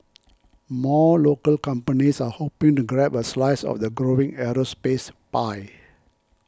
more local companies are hoping to grab a slice of the growing aerospace pie